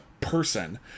person